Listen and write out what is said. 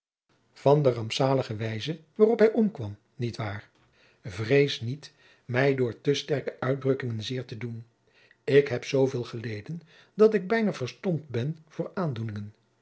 van de rampzalige wijze waarop hij omkwam niet waar vrees niet mij door te sterke uitdrukkingen zeer te doen ik heb zooveel geleden dat ik bijna verstompt ben voor aandoeningen